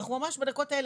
אנחנו ממש בדקות האלה,